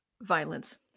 violence